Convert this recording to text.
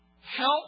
help